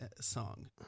song